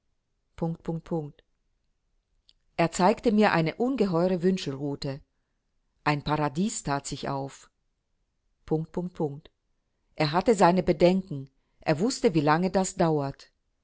er zeigte mir eine ungeheure wünschelrute ein paradies tat sich auf er hatte seine bedenken er wußte wie lange das dauert